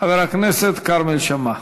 חבר הכנסת כרמל שאמה,